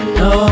no